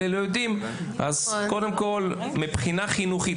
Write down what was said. אלה לא יודעים קודם כל מבחינה חינוכית,